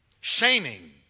Shaming